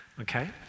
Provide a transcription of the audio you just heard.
okay